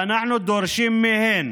ואנחנו דורשים מהן